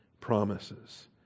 promises